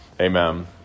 Amen